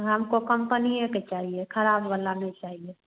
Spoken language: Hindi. हमको कंपनी के चाहिए ख़राब वाला नहीं चाहिए